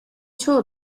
çoğu